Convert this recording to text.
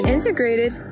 Integrated